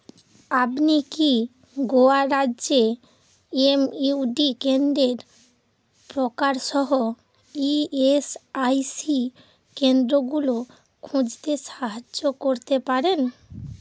আপনি কি গোয়া রাজ্যে এম ইউ ডি কেন্দ্রের প্রকারসহ ই এস আই সি কেন্দ্রগুলো খুঁজতে সাহায্য করতে পারেন